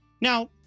Now